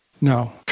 No